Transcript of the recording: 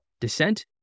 descent